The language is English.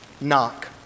knock